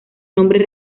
nombres